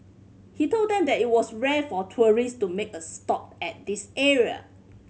he told them that it was rare for tourist to make a stop at this area